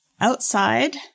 Outside